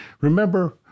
Remember